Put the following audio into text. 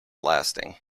lasting